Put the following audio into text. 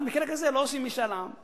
אז במקרה כזה לא עושים משאל עם.